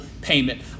payment